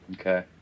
Okay